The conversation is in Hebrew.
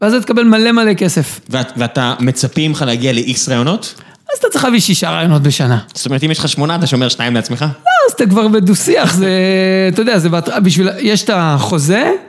ואז אתה תקבל מלא מלא כסף. ואתה מצפים לך להגיע לאיקס רעיונות? אז אתה צריך להביא שישה רעיונות בשנה. זאת אומרת, אם יש לך שמונה, אתה שומר שניים לעצמך? לא, אז אתה כבר בדו שיח, אח, זה... אתה יודע, זה... יש את החוזה...